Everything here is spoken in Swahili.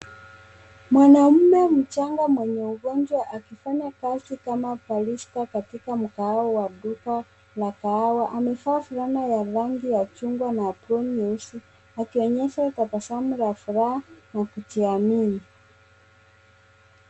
Mwanaume mchanga mwenye ugonjwa akifanya kazi kama barista katika mkahawa wa duka la kahawa. Amevaa fulana ya rangi ya chungwa na bluu nyeusi, akionyesha tabasamu la furaha na kujiamini.